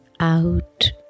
Out